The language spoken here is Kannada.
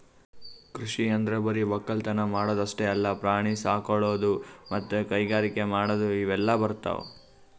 ಕೃಷಿ ಅಂದ್ರ ಬರಿ ವಕ್ಕಲತನ್ ಮಾಡದ್ ಅಷ್ಟೇ ಅಲ್ಲ ಪ್ರಾಣಿ ಸಾಕೊಳದು ಮತ್ತ್ ಕೈಗಾರಿಕ್ ಮಾಡದು ಇವೆಲ್ಲ ಬರ್ತವ್